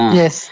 yes